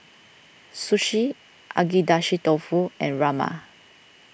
Sushi Agedashi Dofu and Rajma